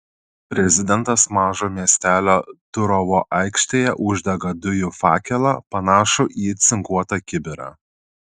prezidentas mažo miestelio turovo aikštėje uždega dujų fakelą panašų į cinkuotą kibirą